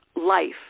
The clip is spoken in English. life